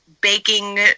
baking